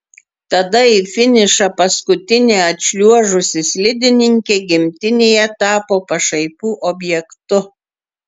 tada į finišą paskutinė atšliuožusi slidininkė gimtinėje tapo pašaipų objektu